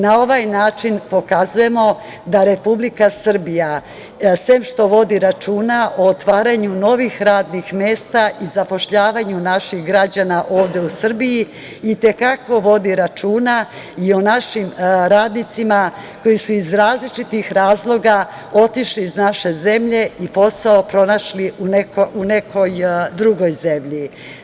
Na ovaj način pokazujemo da Republika Srbija, sem što vodi računa o otvaranju novih radnih mesta i zapošljavanju naših građana ovde u Srbiji, i te kako vodi računa i o našim radnicima koji su iz različitih razloga otišli iz naše zemlje i posao pronašli u nekoj drugoj zemlji.